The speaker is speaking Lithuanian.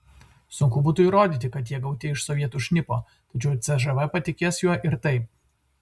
sunku būtų įrodyti kad jie gauti iš sovietų šnipo tačiau cžv patikės juo ir taip